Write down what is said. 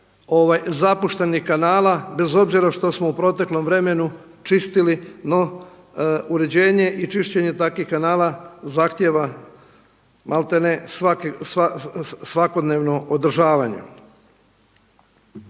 zapuštenih kanala bez obzira što smo u proteklom vremenu čistili. No, uređenje i čišćenje takvih kanala zahtijeva maltene svakodnevno održavanje.